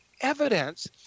evidence